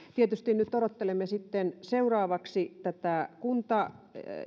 tietysti nyt odottelemme sitten seuraavaksi tätä kunta